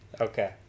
Okay